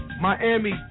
Miami